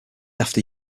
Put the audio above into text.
after